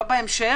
לא בהמשך.